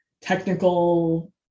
technical